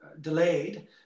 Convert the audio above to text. delayed